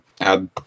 add